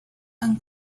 and